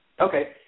Okay